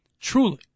truly